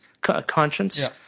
conscience